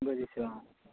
বুজিছোঁ অ